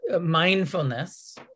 Mindfulness